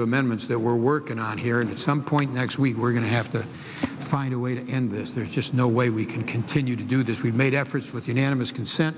of amendments that we're working on here and at some point next week we're going to have to find a way to end this there's just no way we can continue to do this we've made efforts with unanimous consent